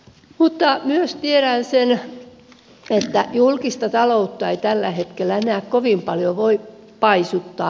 mutta myös tiedän sen että julkista taloutta ei tällä hetkellä enää kovin paljon voi paisuttaa